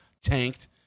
tanked